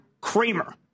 Kramer